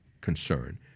concern